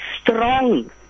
strong